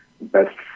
best